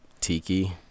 Tiki